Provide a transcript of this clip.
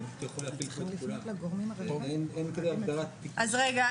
אין כזו הגדרה --- ברשותכם